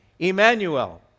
Emmanuel